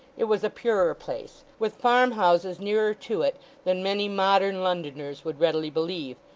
it was a purer place, with farm-houses nearer to it than many modern londoners would readily believe,